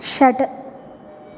षट्